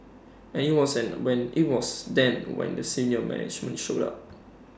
and IT was when IT was then we senior management showed up